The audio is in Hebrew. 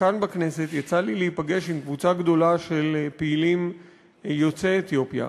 שכאן בכנסת יצא לי להיפגש עם קבוצה גדולה של פעילים יוצאי אתיופיה,